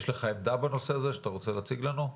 יש לך עמדה בנושא הזה שאתה רוצה להציג לנו?